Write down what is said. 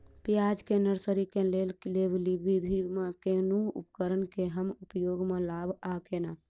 प्याज केँ नर्सरी केँ लेल लेव विधि म केँ कुन उपकरण केँ हम उपयोग म लाब आ केना?